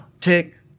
Tick